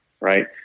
right